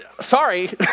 Sorry